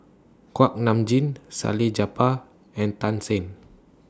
Kuak Nam Jin Salleh Japar and Tan Shen